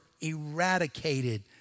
eradicated